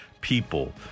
people